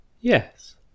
Yes